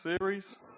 series